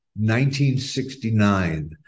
1969